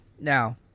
now